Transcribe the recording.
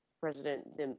president